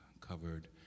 covered